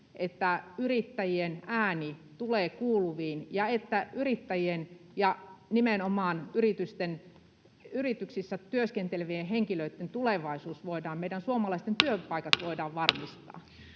että yrittäjien ääni tulee kuuluviin ja että yrittäjien ja nimenomaan yrityksissä työskentelevien henkilöitten tulevaisuus, meidän suomalaisten työpaikat, [Puhemies